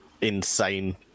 insane